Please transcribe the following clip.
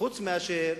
חוץ מאשר